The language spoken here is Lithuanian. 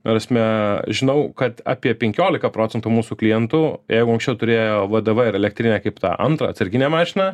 prasme žinau kad apie penkiolika procentų mūsų klientų jeigu anksčiau turėjo vdv ir elektrinę kaip tą antrą atsarginę mašiną